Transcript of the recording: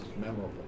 memorable